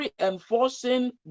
reinforcing